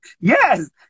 Yes